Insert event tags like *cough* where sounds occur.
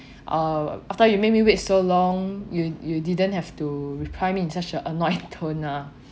uh after you make me wait so long you you didn't have to reply me in such a *laughs* annoyed tone ah